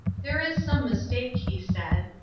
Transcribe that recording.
there is some mistake, he said.